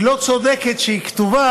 היא לא צודקת שהיא כתובה